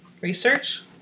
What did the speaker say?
Research